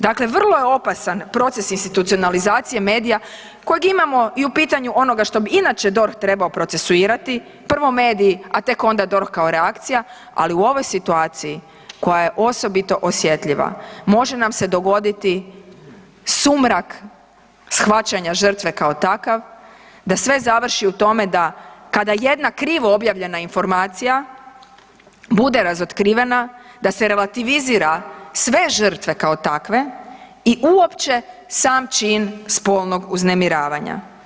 Dakle, vrlo je opasan proces institucionalizacije medija kojeg imamo i u pitanju onoga što bi inače DORH trebao procesuirati, prvo mediji, a tek onda DORH kao reakcija, ali u ovoj situaciji koja je osobito osjetljiva može nam se dogoditi sumrak shvaćanja žrtve kao takav da sve završi u tome kada jedna krivo objavljena informacija bude razotkrivena, da se relativizira sve žrtve kao takve i uopće sam čin spolnog uznemiravanja.